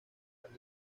para